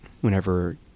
whenever